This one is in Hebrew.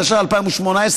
התשע"ח 2018,